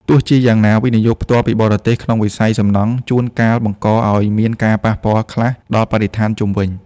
ទោះជាយ៉ាងណា វិនិយោគផ្ទាល់ពីបរទេស ក្នុងវិស័យសំណង់ជួនកាលបង្កឱ្យមានការប៉ះពាល់ខ្លះដល់បរិស្ថានជុំវិញ។